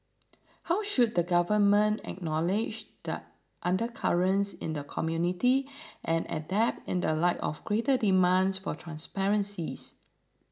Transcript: how should the government acknowledge the undercurrents in the community and adapt in the light of greater demands for transparencies